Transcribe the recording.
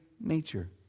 nature